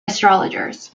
astrologers